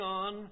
on